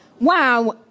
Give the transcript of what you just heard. Wow